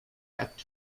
kept